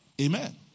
Amen